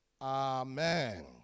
Amen